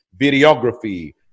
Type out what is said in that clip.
videography